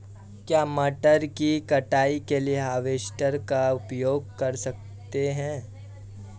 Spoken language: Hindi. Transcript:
क्या मटर की कटाई के लिए हार्वेस्टर का उपयोग कर सकते हैं?